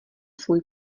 svůj